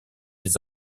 des